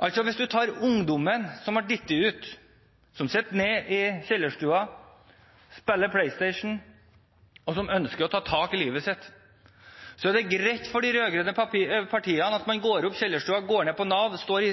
Hvis man altså tar ungdommen som har falt ut, som sitter nede i kjellerstua, spiller PlayStation, og som ønsker å ta tak i livet sitt, så er det greit for de rød-grønne partiene at man går opp fra kjellerstua, går ned på Nav, står seks måneder i